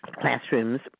classrooms